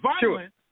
Violence